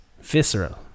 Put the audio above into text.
visceral